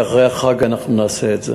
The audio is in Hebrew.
ואחרי החג אנחנו נעשה את זה.